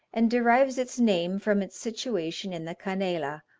and derives its name from its situation in the canela,